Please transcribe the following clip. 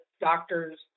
doctors